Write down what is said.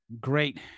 great